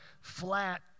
flat